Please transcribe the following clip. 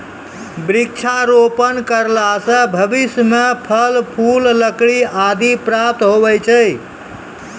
वृक्षारोपण करला से भविष्य मे फल, फूल, लकड़ी आदि प्राप्त हुवै छै